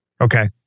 Okay